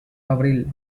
abril